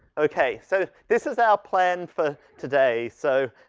okay. so this is our plan for today. so,